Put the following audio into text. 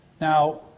Now